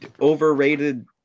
overrated